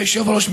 אדוני היושב-ראש,